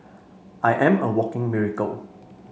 I am a walking miracle